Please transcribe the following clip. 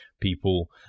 people